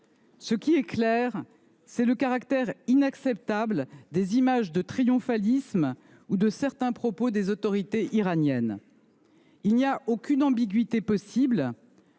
Ce qui est clair, c’est le caractère inacceptable des images triomphalistes ou de certains propos des autorités iraniennes. Il n’y a aucune ambiguïté possible.